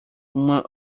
uma